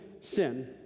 sin